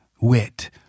wit